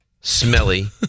smelly